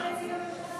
איפה נציג הממשלה?